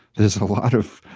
there's a lot of.